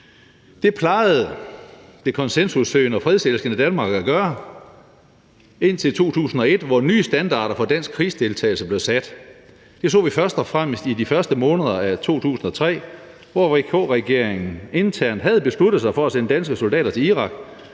Det plejede det konsensussøgende og fredselskende Danmark at gøre indtil 2001, hvor nye standarder for dansk krigsdeltagelse blev sat. Det så vi først og fremmest i de første måneder af 2003, hvor VK-regeringen internt havde besluttet sig for at sende danske soldater til Irak